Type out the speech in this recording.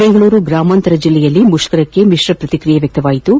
ಬೆಂಗಳೂರು ಗ್ರಾಮಾಂತರ ಜಿಲ್ಲೆಯಲ್ಲಿ ಮುಷ್ಕರಕ್ಕೆ ಮಿಶ್ರ ಪ್ರತಿಕ್ರಿಯೆ ವ್ಯಕ್ತವಾಯಿತು